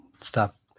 Stop